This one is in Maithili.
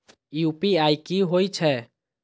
यू.पी.आई की होई छै?